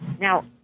Now